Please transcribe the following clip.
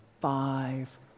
five